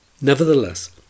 nevertheless